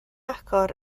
agor